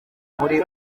muri